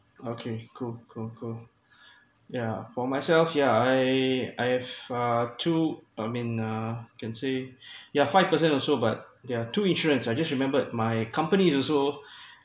okay cool cool cool yeah for myself yeah I I have uh two I mean uh can say yeah five percent also but there are two insurance I just remembered my company is also